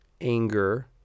anger